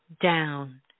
down